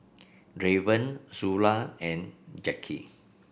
Draven Zula and Jackie